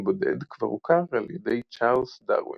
בודד כבר הוכר על ידי צ'ארלס דרווין.